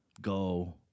Go